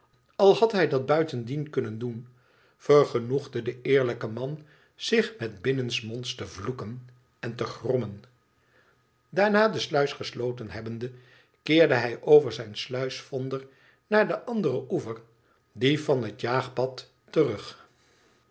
al had hij dat buitendien kunnen doen vergenoegde de eerlijke man zich met binnensmonds te vloeken en te grommen daarna de sluis gesloten hebbende keerde hij over zijn sluisvonder naar den anderen oever dien van het jaagpad terug